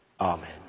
Amen